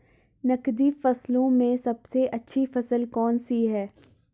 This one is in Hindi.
नकदी फसलों में सबसे अच्छी फसल कौन सी है?